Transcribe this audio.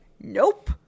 Nope